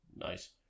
Nice